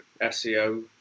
SEO